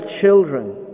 children